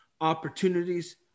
opportunities